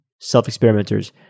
self-experimenters